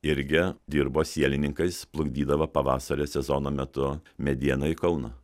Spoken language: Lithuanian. irgi dirbo sielininkais plukdydavo pavasario sezono metu medieną į kauną